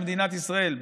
במדינת ישראל,